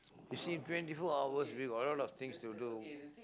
you see twenty four hours we got a lot of things to do